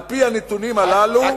0.3%, על-פי הנתונים הללו, רק מהעשירונים,